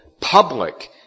public